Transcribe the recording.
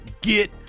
get